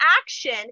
action